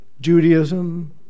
Judaism